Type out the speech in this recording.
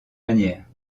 manières